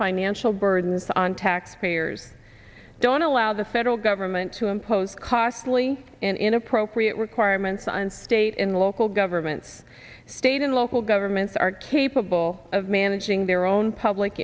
financial burdens on taxpayers don't allow the federal government to impose costly and inappropriate requirements on state in local governments state and local governments are capable of managing their own public